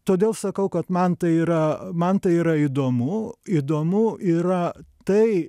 todėl sakau kad man tai yra man tai yra įdomu įdomu yra tai